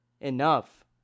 enough